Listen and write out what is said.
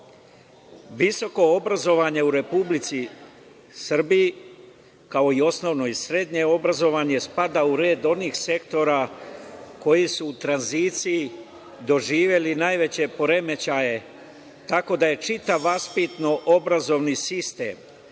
visoko obrazovanje u Republici Srbiji, kao i osnovno i srednje obrazovanje, spada u red onih sektora koji su u tranziciji doživeli najveće poremećaje, tako da je čitav vaspitno obrazovni sistem